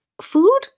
food